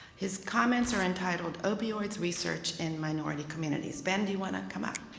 his comments are entitled opioids research in minority communities. ben, do you want to come up?